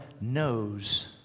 knows